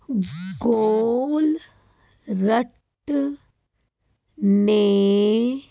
Goulart ਨੇ